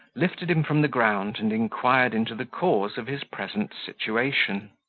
lifted him from the ground, and inquired into the cause of his present situation.